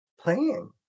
Playing